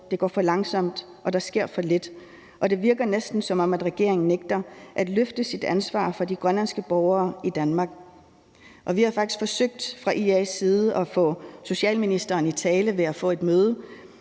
det for langsomt, og der sker for lidt. Og det virker næsten, som om regeringen nægter at løfte sit ansvar for de grønlandske borgere i Danmark. Vi har faktisk forsøgt fra IA's side at få socialministeren i tale ved at få et møde,